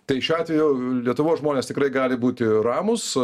tai šiuo atveju lietuvos žmonės tikrai gali būti ramūs